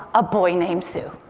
a boy named sue.